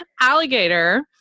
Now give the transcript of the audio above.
alligator